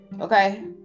Okay